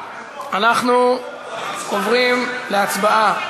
אנחנו עוברים להצבעה.